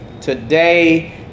today